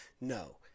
No